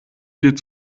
viel